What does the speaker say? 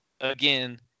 again